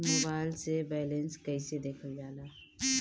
Mobile से balance कइसे देखल जाला?